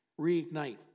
reignite